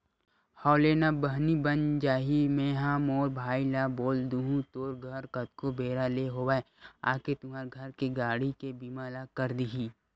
हव लेना ना बहिनी बन जाही मेंहा मोर भाई ल बोल दुहूँ तोर घर कतको बेरा ले होवय आके तुंहर घर के गाड़ी के बीमा ल कर दिही